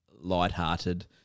lighthearted